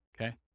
Okay